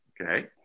Okay